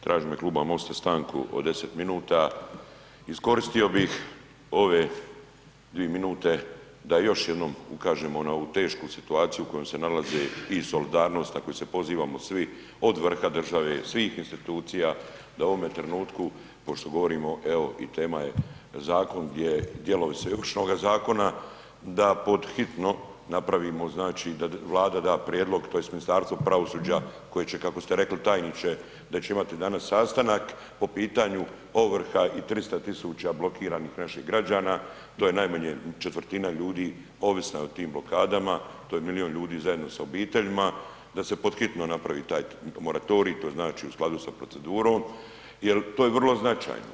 Tražim u ime kluba MOST-a stanku od 10 minuta, iskoristio bih ove dvije minute da još jednom ukažem na ovu tešku situaciju u kojem se nalaze i solidarnost ako se pozivamo svi od vrha države, svih institucija da u ovome trenutku pošto govorimo evo i tema je zakon gdje dijelovi su i Ovršnoga zakona da pod hitno napravimo, da Vlada da prijedlog tj. Ministarstvo pravosuđa koje će kako ste rekli tajniče da će imati danas sastanak po pitanju ovrha i 300.000 blokiranih naših građana, to je najmanje četvrtina ljudi ovisna je o tim blokadama, to je milijun ljudi zajedno sa obiteljima, da se pod hitno napravi taj moratorij, to znači u skladu sa procedurom jel to je vrlo značajno.